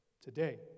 today